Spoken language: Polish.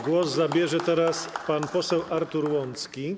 Głos zabierze teraz pan poseł Artur Łącki.